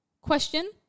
Question